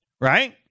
Right